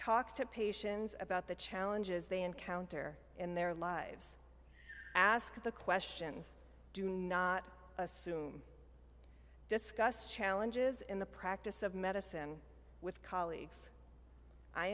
talk to patients about the challenges they encounter in their lives ask the questions do not assume discuss challenges in the practice of medicine with colleagues i